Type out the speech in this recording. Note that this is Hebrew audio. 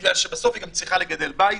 בגלל שבסוף היא צריכה לנהל בית